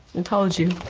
and told you.